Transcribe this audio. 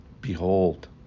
Behold